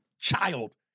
child